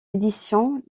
édition